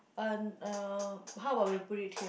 uh uh how about we put it here